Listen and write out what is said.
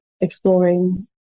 exploring